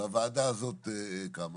והוועדה הזאת קמה